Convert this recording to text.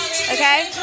Okay